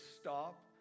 stop